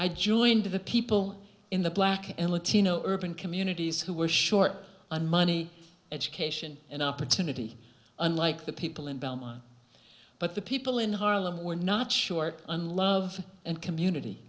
i joined to the people in the black and latino urban communities who were short on money education and opportunity unlike the people in belmont but the people in harlem were not short on love and community